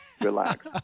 Relax